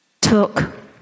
took